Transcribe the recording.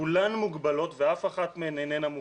שכולן מוגבלות ואף אחת מהן איננה מוחלטת,